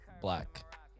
black